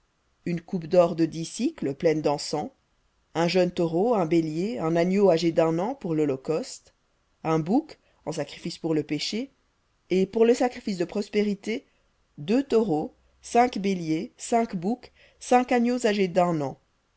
une coupe d'or de dix pleine dencens un jeune taureau un bélier un agneau âgé d'un an pour lholocauste un bouc en sacrifice pour le péché et pour le sacrifice de prospérités deux taureaux cinq béliers cinq boucs cinq agneaux âgés d'un an